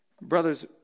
Brothers